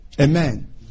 Amen